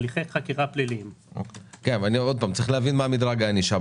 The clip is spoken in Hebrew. שוב, צריך להבין מהו בסוף מדרג הענישה.